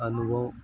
अनुभव